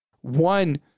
One